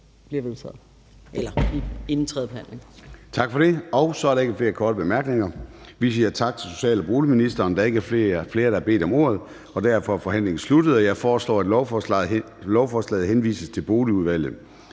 Tak for det. Nu er der ikke flere korte bemærkninger, så vi siger tak til social- og boligministeren. Der er ikke flere, der har bedt om ordet, og derfor er forhandlingen sluttet. Jeg foreslår, at lovforslaget henvises til Socialudvalget.